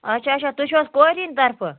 آچھا آچھا تُہۍ چھُو حظ کورِ ہِنٛدۍ طَرفہٕ